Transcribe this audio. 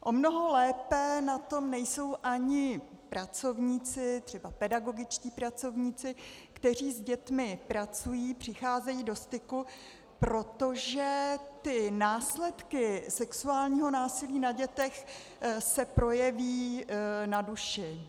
O mnoho lépe na tom nejsou ani pracovníci, třeba pedagogičtí pracovníci, kteří s dětmi pracují, přicházejí do styku, protože následky sexuálního násilí na dětech se projeví na duši.